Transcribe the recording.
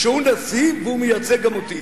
כשהוא נשיא והוא מייצג גם אותי,